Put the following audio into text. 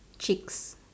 chicks